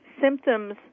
symptoms